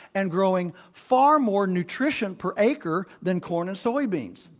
and growing far more nutrition per acre than corn and soy beans.